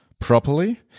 properly